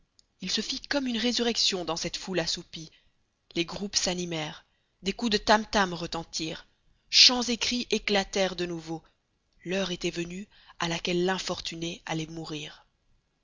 il se fit comme une résurrection dans cette foule assoupie les groupes s'animèrent des coups de tam tam retentirent chants et cris éclatèrent de nouveau l'heure était venue à laquelle l'infortunée allait mourir